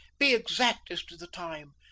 be exact as to the time.